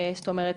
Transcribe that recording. זאת אומרת,